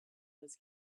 was